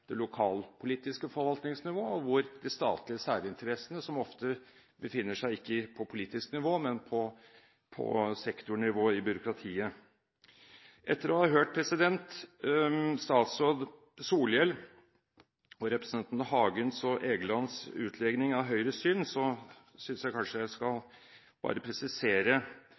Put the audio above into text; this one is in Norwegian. det lokalpolitiske forvaltningsnivået og de statlige særinteressene skal gå – som ofte ikke befinner seg på politisk nivå, men på sektornivå i byråkratiet. Etter å ha hørt statsråd Solhjells og representantene Hagens og Egelands utlegninger av Høyres syn synes jeg kanskje jeg bare skal presisere